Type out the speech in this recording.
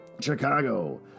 Chicago